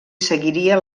seguiria